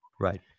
right